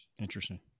Interesting